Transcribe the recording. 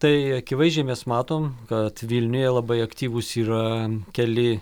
tai akivaizdžiai mes matom kad vilniuje labai aktyvūs yra keli